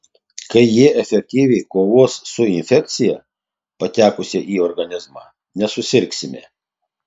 kai jie efektyviai kovos su infekcija patekusia į organizmą nesusirgsime